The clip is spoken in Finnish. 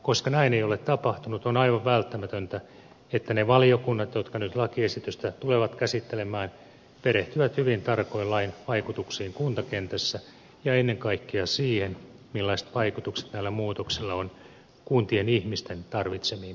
koska näin ei ole tapahtunut on aivan välttämätöntä että ne valiokunnat jotka nyt lakiesitystä tulevat käsittelemään perehtyvät hyvin tarkoin lain vaikutuksiin kuntakentässä ja ennen kaikkea siihen millaiset vaikutukset näillä muutoksilla on kuntien ihmisten tarvitsemiin palveluihin